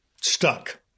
Stuck